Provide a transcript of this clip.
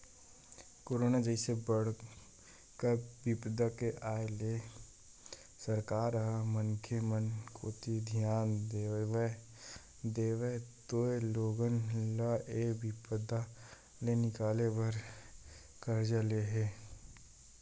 corona जइसे बड़का बिपदा के आय ले सरकार ह मनखे मन कोती धियान देवत होय लोगन ल ऐ बिपदा ले निकाले बर करजा ले हे